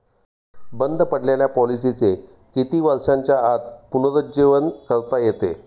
बंद पडलेल्या पॉलिसीचे किती वर्षांच्या आत पुनरुज्जीवन करता येते?